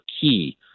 key